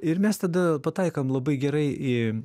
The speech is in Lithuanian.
ir mes tada pataikom labai gerai į